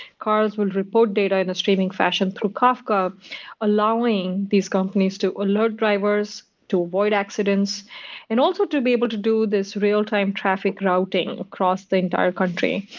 cars would report data in a streaming fashion through kafka allowing these companies to alert drivers to avoid accidents and also to be able to do this real-time traffic routing across the entire country.